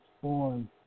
form